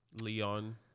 Leon